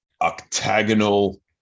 octagonal